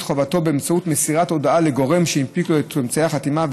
חובתו באמצעות מסירת הודעה לגורם שהנפיק לו את אמצעי החתימה,